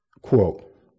quote